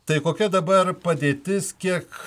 tai kokia dabar padėtis kiek